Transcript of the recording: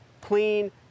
clean